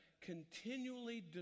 continually